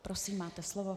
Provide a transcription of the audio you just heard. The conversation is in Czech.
Prosím, máte slovo.